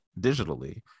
digitally